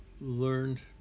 learned